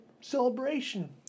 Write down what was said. celebration